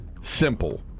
simple